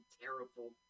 terrible